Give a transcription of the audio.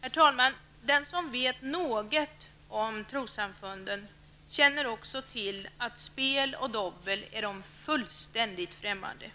Herr talman! Den som vet något om trossamfunden känner också till att spel och dobbel är dem fullständigt främmande.